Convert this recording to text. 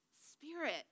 spirit